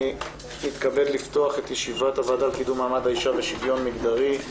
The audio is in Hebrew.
אני מתכבד לפתוח את ישיבת הוועדה לקידום מעמד האישה ולשוויון מגדרי.